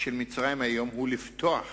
של מצרים היום היא לפתוח